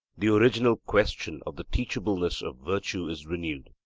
the original question of the teachableness of virtue is renewed.